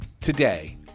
today